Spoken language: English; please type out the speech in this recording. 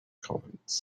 comments